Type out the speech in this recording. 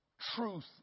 Truth